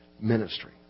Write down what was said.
Ministry